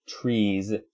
trees